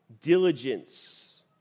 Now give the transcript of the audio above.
diligence